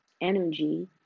energy